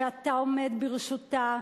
שאתה עומד בראשותה,